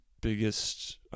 biggest